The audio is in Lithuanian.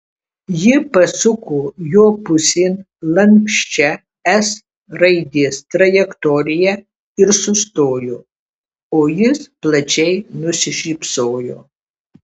ji pasuko jo pusėn lanksčia s raidės trajektorija ir sustojo o jis plačiai nusišypsojo